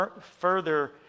further